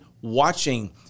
watching